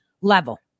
level